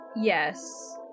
Yes